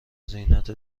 زینت